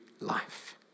life